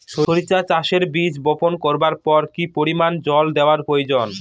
সরিষা চাষে বীজ বপন করবার পর কি পরিমাণ জল দেওয়া প্রয়োজন?